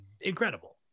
incredible